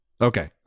Okay